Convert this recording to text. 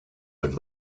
would